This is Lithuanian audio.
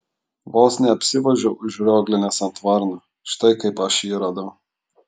vos neapsivožiau užrioglinęs ant varno štai kaip aš jį radau